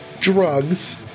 drugs